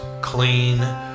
clean